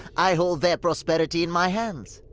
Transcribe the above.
i hold their prosperity in my hands.